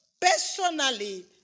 personally